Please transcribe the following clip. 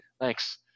Thanks